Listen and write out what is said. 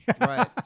Right